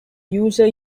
user